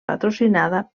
patrocinada